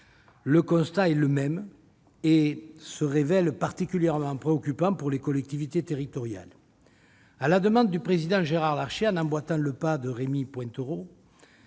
le constat est le même et se révèle particulièrement préoccupant pour les collectivités territoriales. À la demande du président Gérard Larcher et en emboitant le pas de Rémy Pointereau,